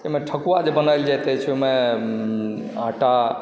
एहिमे ठेकुआ जे बनाओल जाइत अछि ओहिमे आटा